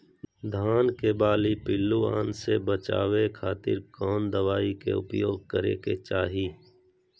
धान के बाली पिल्लूआन से बचावे खातिर कौन दवाई के उपयोग करे के चाही?